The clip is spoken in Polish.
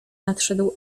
nadszedł